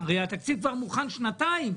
הרי התקציב כבר מוכן שנתיים,